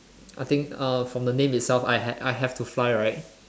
I think uh from the name itself I have I have to fly right